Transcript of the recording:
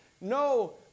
No